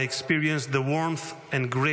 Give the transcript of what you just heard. I experienced the warmth and grace